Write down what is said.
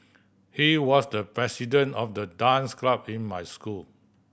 he was the president of the dance club in my school